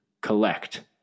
collect